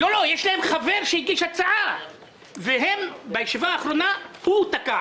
יש להם חבר שהגיש הצעה אך בישיבה האחרונה הוא תקע